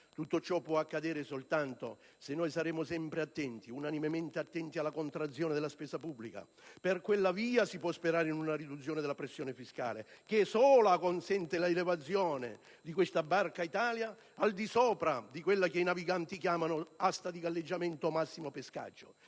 Tutto ciò può accadere soltanto se saremo sempre attenti, unanimemente attenti alla contrazione della spesa pubblica. Per quella via si può sperare in una riduzione della pressione fiscale che sola consente l'elevazione della barca Italia al di sopra di quella che i naviganti chiamano linea di galleggiamento, così da